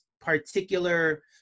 particular